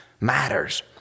matters